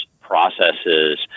processes